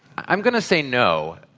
i'm going to say no.